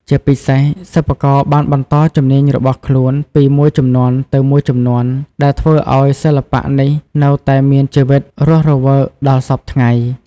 ជាពិសេស សិប្បករបានបន្តជំនាញរបស់ខ្លួនពីមួយជំនាន់ទៅមួយជំនាន់ ដែលធ្វើឱ្យសិល្បៈនេះនៅតែមានជីវិតរស់រវើកដល់សព្វថ្ងៃ។